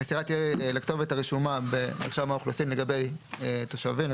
המסירה תהיה לכתובת הרשומה במרשם האוכלוסין לגבי תושבים,